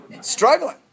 Struggling